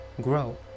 grow